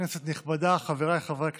כנסת נכבדה, חבריי חברי הכנסת,